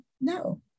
no